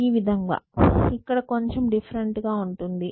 ఈ విధంగా ఇక్కడ కొంచెం డిఫరెంట్ గా ఉంటుంది